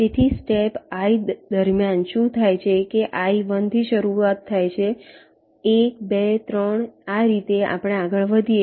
તેથી step i દરમિયાન શું થાય છે કે i 1 થી શરૂ થાય છે 1 2 3 આ રીતે આપણે આગળ વધીએ